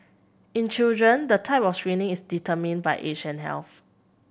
in children the type of screening is determined by age and health